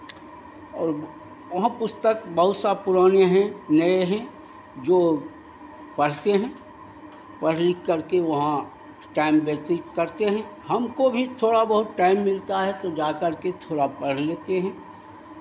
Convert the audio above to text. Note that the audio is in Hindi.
और वहाँ पुस्तक बहुत सा पुराने हैं नए हैं जो पढ़ते हैं पढ़ लिख करके वहाँ टाइम व्यतीत करते हैं हमको भी थोड़ा बहुत टाइम मिलता है तो जाकर के थोड़ा पढ़ लेते हैं